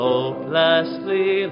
Hopelessly